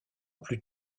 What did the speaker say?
plus